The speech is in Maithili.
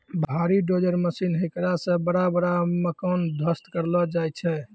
भारी डोजर मशीन हेकरा से बड़ा बड़ा मकान ध्वस्त करलो जाय छै